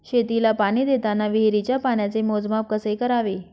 शेतीला पाणी देताना विहिरीच्या पाण्याचे मोजमाप कसे करावे?